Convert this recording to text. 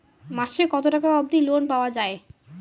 মাসে কত টাকা অবধি লোন পাওয়া য়ায়?